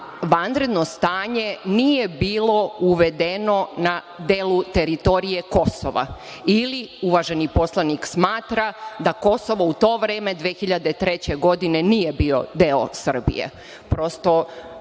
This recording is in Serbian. vanredno stanje nije bilo uvedeno na delu teritorije Kosova, ili uvaženi poslanik smatra da Kosovo u to vreme 2003. godine nije bilo deo Srbije.